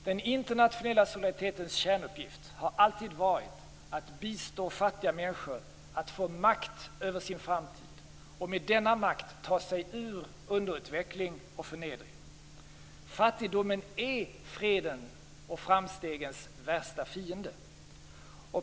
Den internationella solidaritetens kärnuppgift har alltid varit att bistå fattiga människor med att få makt över sin framtid och att med denna makt ta sig ur underutveckling och förnedring. Fattigdomen är fredens och framstegens värsta fiende.